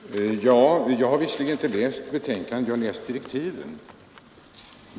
Herr talman! Jag har visserligen inte läst det betänkandet — jag har läst direktiven, där sägs inget om psykosomatiska tester.